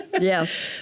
Yes